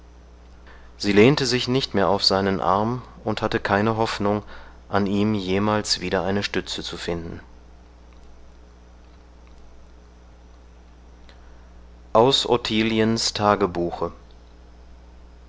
sie lehnte sich nicht mehr auf seinen arm und hatte keine hoffnung an ihm jemals wieder eine stütze zu finden aus ottiliens